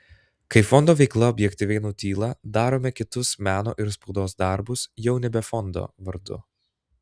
kai fondo veikla objektyviai nutyla darome kitus meno ir spaudos darbus jau nebe fondo vardu